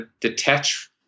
detach